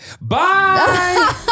Bye